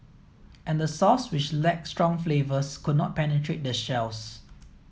and the sauce which lacked strong flavours could not penetrate the shells